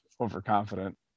overconfident